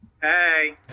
Hey